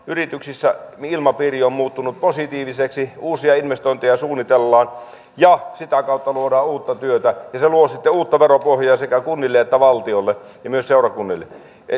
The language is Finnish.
yrityksissä ilmapiiri on muuttunut positiiviseksi uusia investointeja suunnitellaan ja sitä kautta luodaan uutta työtä ja se luo sitten uutta veropohjaa sekä kunnille että valtiolle ja myös seurakunnille